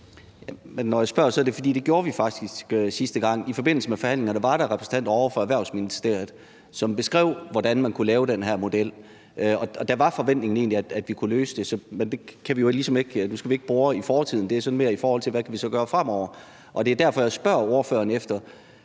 I forbindelse med forhandlingerne var der en repræsentant ovre fra Erhvervsministeriet, som beskrev, hvordan man kunne lave den her model, og der var forventningen egentlig, at vi kunne løse det. Nu skal vi ikke bore i fortiden, det er sådan mere, i forhold til hvad vi kan gøre fremover, og det er derfor, jeg spørger ordføreren om